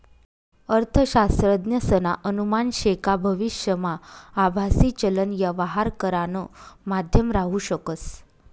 अर्थशास्त्रज्ञसना अनुमान शे का भविष्यमा आभासी चलन यवहार करानं माध्यम राहू शकस